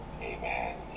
amen